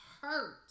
hurt